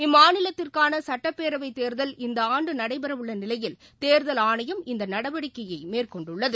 இம்மாநிலத்திற்கானசுட்டப்பேரவைத் தேர்தல் இந்தஆண்டுநடைபெறவுள்ளநிலையில் தேர்தல் ஆணையம் இந்நடவடிக்கையைமேற்கொண்டுள்ளது